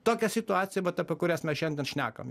tokią situaciją vat apie kurias mes šiandien šnekam